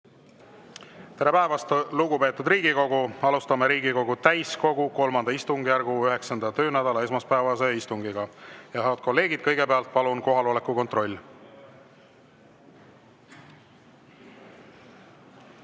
Tere päevast, lugupeetud Riigikogu! Alustame Riigikogu täiskogu III istungjärgu 9. töönädala esmaspäevast istungit. Head kolleegid, kõigepealt palun kohaloleku kontroll.